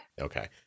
Okay